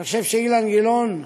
אני חושב שאילן גילאון,